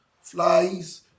flies